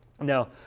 Now